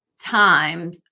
time